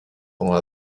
pendant